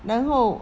然后